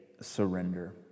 surrender